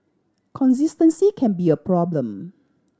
consistency can be a problem